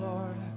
Lord